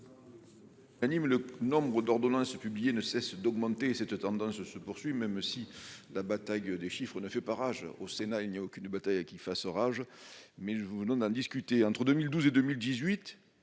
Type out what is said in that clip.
le nombre d'ordonnances publiées ne cesse d'augmenter cette tendance se poursuit, même si la bataille des chiffres ne fait pas rage au Sénat, il n'y a aucune qui fasse orageux mais je vous donne un discuter entre 2012 et 2018,